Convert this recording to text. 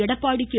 Edappadi K